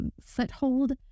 foothold